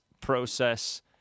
process